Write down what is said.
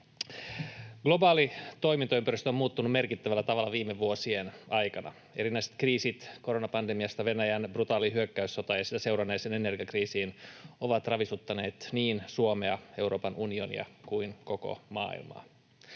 Globaali toimintaympäristö on muuttunut merkittävällä tavalla viime vuosien aikana. Erinäiset kriisit koronapandemiasta Venäjän brutaaliin hyökkäyssotaan ja siitä seuranneeseen energiakriisiin ovat ravisuttaneet niin Suomea ja Euroopan unionia kuin koko maailmaa.